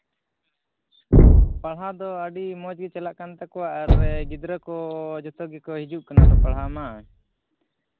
ᱯᱟᱲᱦᱟᱣ ᱫᱚ ᱟᱹᱰᱤ ᱢᱚᱡᱽ ᱜᱮ ᱪᱟᱞᱟᱜ ᱠᱟᱱ ᱛᱟᱠᱚᱣᱟ ᱟᱨ ᱜᱤᱫᱽᱨᱟᱹ ᱠᱚ ᱡᱚᱛᱚ ᱜᱮᱠᱚ ᱦᱤᱡᱩᱜ ᱠᱟᱱᱟ ᱛᱚ ᱯᱟᱲᱦᱟᱣ ᱢᱟ